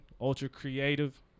ultra-creative